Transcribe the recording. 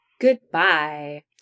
goodbye